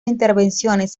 intervenciones